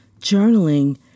Journaling